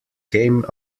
came